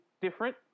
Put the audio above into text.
different